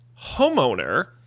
homeowner